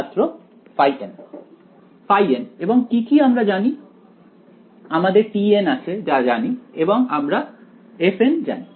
ছাত্র n n এবং কি কি আমরা জানি আমাদের tn আছে যা জানি এবং আমরা fn জানি